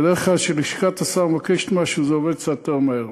בדרך כלל כשלשכת השר מבקשת משהו זה עובד קצת יותר מהר,